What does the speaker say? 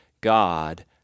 God